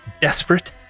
desperate